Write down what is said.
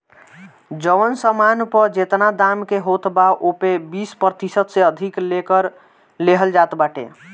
जवन सामान पअ जेतना दाम के होत बा ओपे बीस प्रतिशत से अधिका ले कर लेहल जात बाटे